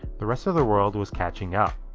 the rest of the world was catching up.